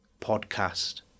podcast